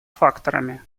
факторами